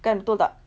kan betul tak